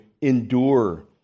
endure